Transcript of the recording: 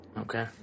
Okay